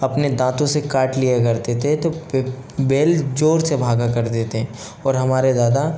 अपने दाँतों से काट लिया करते थे तो बैल जोड़ से भागा करते थें और हमारे दादा